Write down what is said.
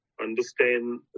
understand